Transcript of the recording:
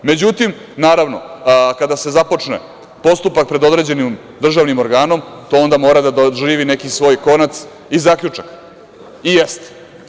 Međutim, naravno, kada se započne postupak pred određenim državnim organom, to onda mora da doživi neki svoj konac i zaključak i jeste.